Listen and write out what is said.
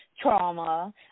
trauma